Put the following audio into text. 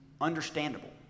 understandable